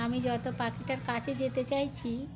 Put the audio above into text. আমি যত পাখিটার কাছে যেতে চাইছি